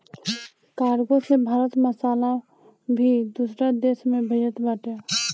cargo से भारत मसाला भी दूसरा देस में भेजत बाटे